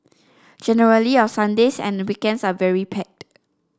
generally our Sundays and weekends are very packed